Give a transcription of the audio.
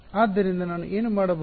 ಆದ್ದರಿಂದ ನಾನು ಏನು ಮಾಡಬಹುದು